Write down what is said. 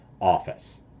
office